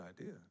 idea